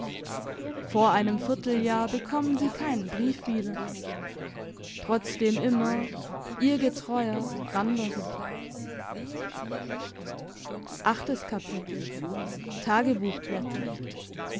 vor einem vierteljahr bekommen sie keinen brief wieder trotzdem immer ihr getreuer randers